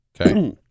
Okay